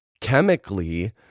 chemically